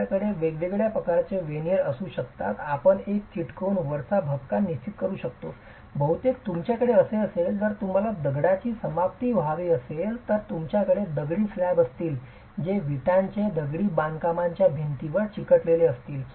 आपल्याकडे वेगवेगळ्या प्रकारचे वेनिअर असू शकतात आपण एक चिकटवून वरवरचा भपका निश्चित करू शकतो बहुतेकदा तुमच्याकडे असे असेल जर तुम्हाला दगडाची समाप्ती हवी असेल तर तुमच्याकडे दगडी स्लॅब असतील जे विटांचे दगडी बांधकामाच्या भिंतीवर चिकटलेले असतील